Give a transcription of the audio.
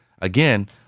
Again